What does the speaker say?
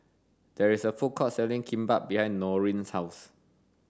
there is a food court selling Kimbap behind Norene's house